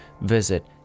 visit